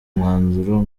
umwanzuro